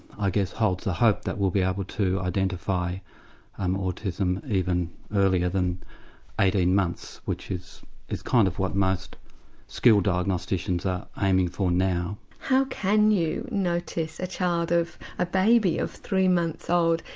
i guess, holds the hope that we'll be able to identify um autism even earlier than eighteen months which is is kind of what most skilled diagnosticians are aiming for now. how can you notice a child, a baby of three months old,